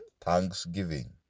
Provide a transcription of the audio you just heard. Thanksgiving